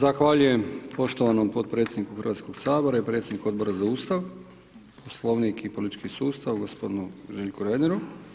Zahvaljujem poštovanom potpredsjedniku Hrvatskog sabora i predsjedniku Odbora za Ustav, Poslovnik i politički sustav, g. Željku Reineru.